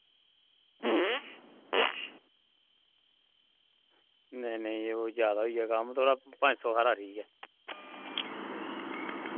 नेईं यरो जादा होई गेआ कम्म पंज सौ हारा ठीक ऐ